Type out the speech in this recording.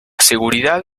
seguridad